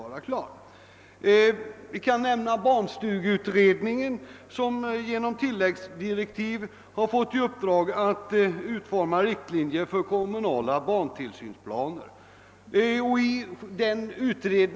Jag kan också nämna att barnstugeutredningen genom tilläggsdirektiv har fått i uppdrag att utforma riktlinjer för kommunala barntillsynsplaner.